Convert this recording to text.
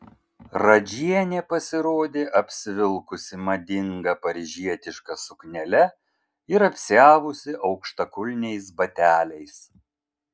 radžienė pasirodė apsivilkusi madinga paryžietiška suknele ir apsiavusi aukštakulniais bateliais